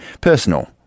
personal